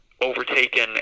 overtaken